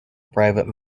private